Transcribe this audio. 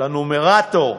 של הנומרטור,